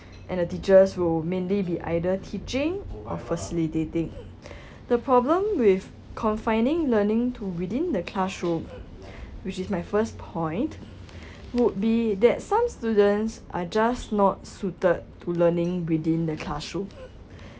and the teachers will mainly be either teaching or facilitating the problem with confining learning to within the classroom which is my first point would be that some students are just not suited to learning within the classroom